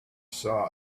saw